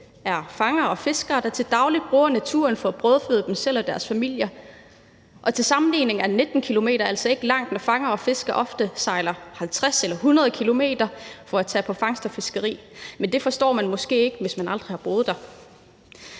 er fangere og fiskere, der til daglig bruger naturen for at brødføde sig selv og deres familier, og til sammenligning er 19 km altså ikke langt, når fangere og fiskere ofte sejler 50 eller 100 km for at tage på fangst og fiskeri. Men det forstår man måske ikke, hvis aldrig man har boet der.